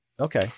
Okay